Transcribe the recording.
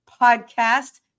Podcast